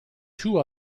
two